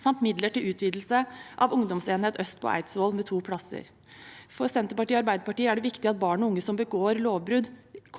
samt midler til utvidelse av Ungdomsenhet øst i Eidsvoll med to plasser. For Senterpartiet og Arbeiderpartiet er det viktig at barn og unge som begår lovbrudd,